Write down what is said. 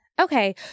Okay